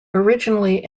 originally